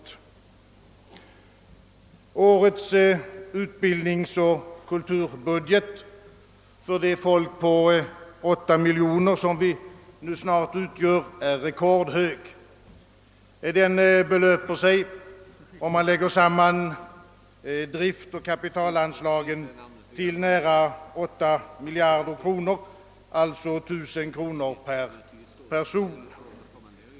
Årets utbildningsoch kulturbudget för det folk på 8 miljoner som vi snart utgör är rekordhög. Den belöper sig, om man lägger samman driftoch kapitalanslagen, till nära 8 miljarder kronor, alltså 1000 kronor per person.